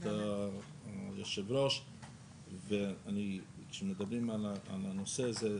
ייעוד שהמחוקק הטיל עלינו להיות פה,